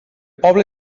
poble